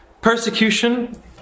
Persecution